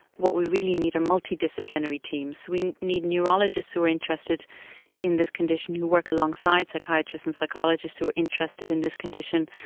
what we really need are multidisciplinary teams. we need neurologists who are interested in this condition who work alongside psychiatrists and psychologists who are interested in this condition,